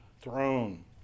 throne